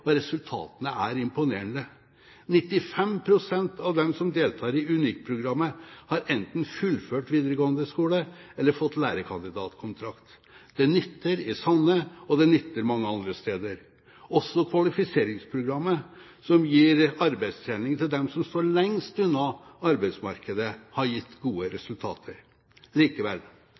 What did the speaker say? og resultatene er imponerende. 95 pst. av dem som deltar i UNIK-programmet, har enten fullført videregående skole eller fått lærekandidatkontrakt. Det nytter i Sande, og det nytter mange andre steder. Kvalifiseringsprogrammet, som gir arbeidstrening til dem som står lengst unna arbeidsmarkedet, har også gitt gode resultater. Likevel: